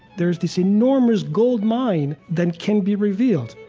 there is this enormous gold mine that can be revealed